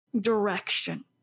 direction